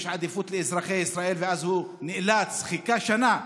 יש עדיפות לאזרחי ישראל", ואז הוא נאלץ, חיכה שנה,